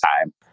time